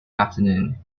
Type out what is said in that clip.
afternoon